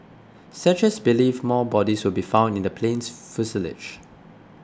searchers believe more bodies will be found in the plane's fuselage